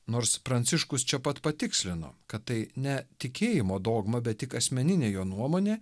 nors pranciškus čia pat patikslino kad tai ne tikėjimo dogma bet tik asmeninė jo nuomonė